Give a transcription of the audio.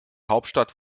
hauptstadt